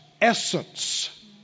essence